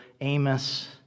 Amos